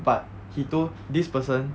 but he told this person